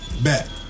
Bet